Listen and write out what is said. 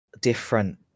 different